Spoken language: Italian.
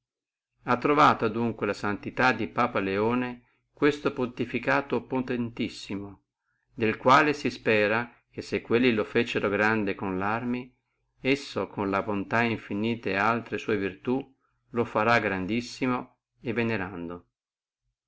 ha trovato adunque la santità di papa leone questo pontificato potentissimo il quale si spera se quelli lo feciono grande con le arme questo con la bontà e infinite altre sue virtù lo farà grandissimo e venerando